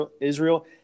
Israel